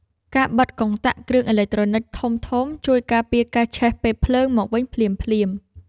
ការបិទកុងតាក់គ្រឿងអេឡិចត្រូនិចធំៗ ជួយការពារការឆេះពេលភ្លើងមកវិញភ្លាមៗ។